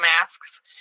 masks